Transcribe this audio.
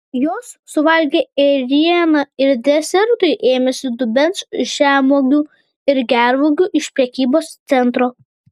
jos suvalgė ėrieną ir desertui ėmėsi dubens žemuogių ir gervuogių iš prekybos centro